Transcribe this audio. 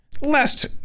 last